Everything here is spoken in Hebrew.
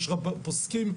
יש פוסקים,